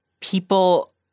people